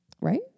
Right